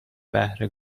بهر